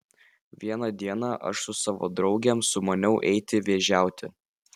vieną dieną aš su savo draugėm sumaniau eiti vėžiauti